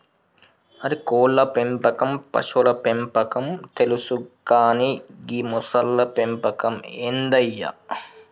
అరే కోళ్ళ పెంపకం పశువుల పెంపకం తెలుసు కానీ గీ మొసళ్ల పెంపకం ఏందయ్య